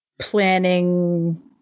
planning